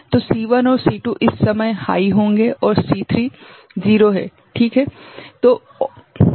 तो C1 और C2 इस समय उच्च होंगे और C3 0 है ठीक है